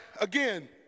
again